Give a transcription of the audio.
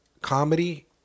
comedy